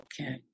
Okay